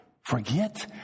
forget